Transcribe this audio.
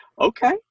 okay